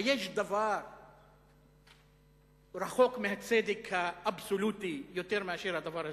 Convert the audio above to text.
היש דבר רחוק מהצדק האבסולוטי יותר מאשר הדבר הזה?